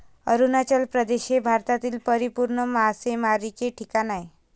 अरुणाचल प्रदेश हे भारतातील परिपूर्ण मासेमारीचे ठिकाण आहे